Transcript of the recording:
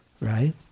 Right